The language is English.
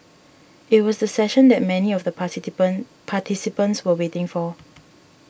it was the session that many of the participant participants were waiting for